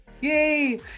Yay